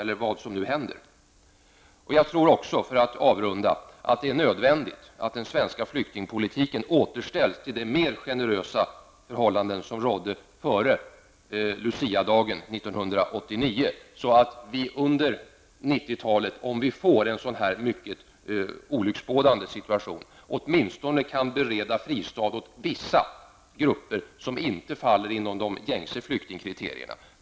För att avrunda det hela: Jag tror också att det är nödvändigt att den svenska flyktingpolitiken återställs till den mera generösa som rådde före Luciadagen 1989, så att vi under 90-talet, om vi får en mycket olycksbådande situation, åtminstone kan bereda fristad åt vissa grupper som inte faller inom de gängse flyktingkriterierna.